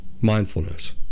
Mindfulness